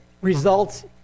results